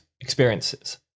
experiences